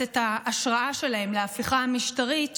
את ההשראה שלהן להפיכה המשטרית שלה,